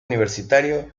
universitario